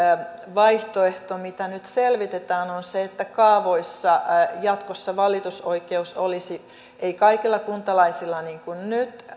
vaihtoehto mitä nyt selvitetään on se että kaavoissa valitusoikeus olisi jatkossa ei kaikilla kuntalaisilla niin kuin nyt